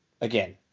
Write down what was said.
again